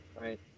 Right